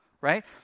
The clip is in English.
right